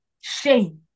shame